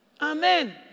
Amen